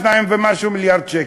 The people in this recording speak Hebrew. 2 ומשהו מיליארד שקל.